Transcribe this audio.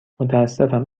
متأسفم